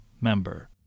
member